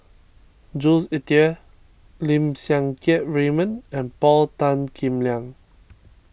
Jules Itier Lim Siang Keat Raymond and Paul Tan Kim Liang